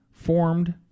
formed